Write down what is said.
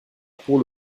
pour